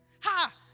Ha